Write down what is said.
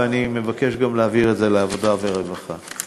אני מבקש גם להעביר אותה לוועדת העבודה והרווחה.